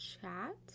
chat